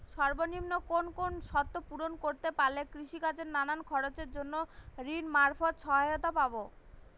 সর্বনিম্ন কোন কোন শর্ত পূরণ করতে পারলে কৃষিকাজের নানান খরচের জন্য ঋণ মারফত সহায়তা পাব?